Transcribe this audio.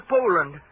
Poland